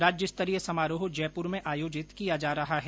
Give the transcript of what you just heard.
राज्य स्तरीय समारोह जयपुर में आयोजित किया जा रहा है